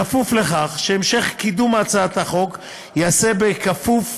בכפוף לכך שהמשך קידום הצעת החוק ייעשה בכפוף